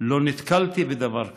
לא נתקלתי בדבר כזה.